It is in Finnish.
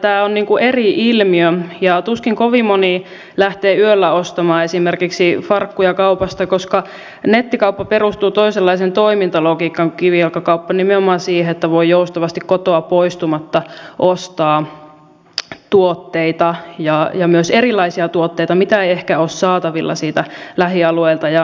tämä on eri ilmiö ja tuskin kovin moni lähtee yöllä ostamaan esimerkiksi farkkuja kaupasta koska nettikauppa perustuu toisenlaiseen toimintalogiikkaan kuin kivijalkakauppa nimenomaan siihen että voi joustavasti kotoa poistumatta ostaa tuotteita ja myös erilaisia tuotteita mitä ei ehkä ole saatavilla siitä lähialueelta